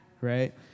Right